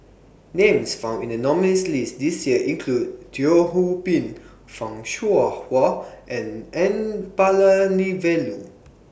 Names found in The nominees' list This Year include Teo Ho Pin fan Shao Hua and N Palanivelu